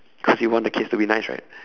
cause you want the case to be nice right